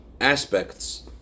aspects